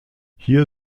hier